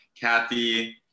Kathy